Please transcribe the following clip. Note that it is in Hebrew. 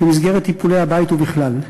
במסגרת טיפולי הבית ובכלל: